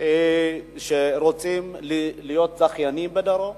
שרוצות להיות זכייניות בדרום.